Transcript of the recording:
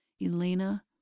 Elena